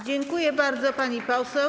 Dziękuję bardzo, pani poseł.